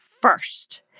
first